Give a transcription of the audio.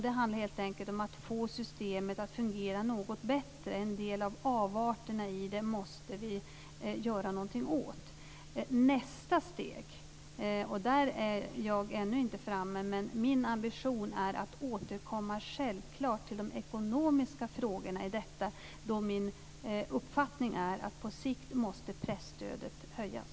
Det handlar helt enkelt om att få systemet att fungera något bättre. En del av avarterna i det måste vi göra något åt. Nästa steg är - där är jag ännu inte framme, men det är min ambition - att återkomma till de ekonomiska frågorna. Min uppfattning är att på sikt måste presstödet höjas.